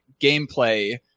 gameplay